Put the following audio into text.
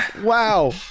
Wow